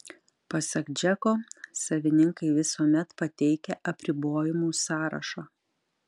pasak džeko savininkai visuomet pateikia apribojimų sąrašą